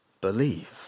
Believe